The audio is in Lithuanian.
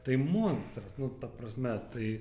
tai monstras nu ta prasme tai